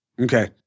okay